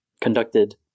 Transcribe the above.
conducted